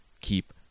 keep